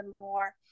more